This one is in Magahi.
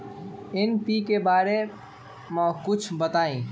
एन.पी.के बारे म कुछ बताई?